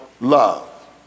love